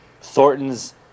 Thornton's